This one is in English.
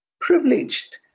privileged